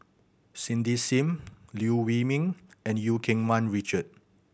Cindy Sim Liew Wee Mee and Eu Keng Mun Richard